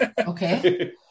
Okay